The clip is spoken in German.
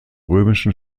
römischen